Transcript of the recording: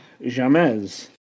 Jamez